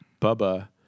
Bubba